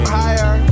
higher